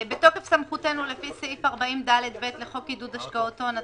התשפ"א2021 בתוקף סמכותנו לפי סעיף 40ד(ב) לחוק לעידוד השקעות הון,